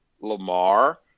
Lamar